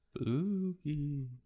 spooky